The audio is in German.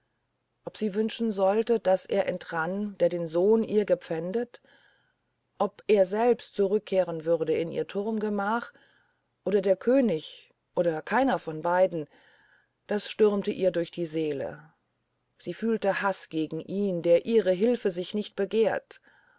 ob sie wünschen sollte daß er entrann der den sohn ihr gepfändet ob er selbst zurückkehren würde in ihr turmgemach oder der könig oder keiner von beiden das stürmte ihr durch die seele sie fühlte haß gegen ihn der ihre hilfe sich nicht begehrt